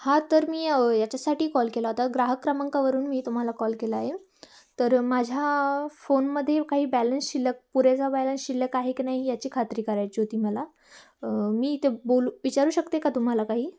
हा तर मी याच्यासाठी कॉल केला होता ग्राहक क्रमांकावरून मी तुम्हाला कॉल केला आहे तर माझ्या फोनमध्ये काही बॅलन्स शिल्लक पुरेसा बॅलन्स शिल्लक आहे की नाही याची खात्री करायची होती मला मी इथे बोलू विचारू शकते का तुम्हाला काही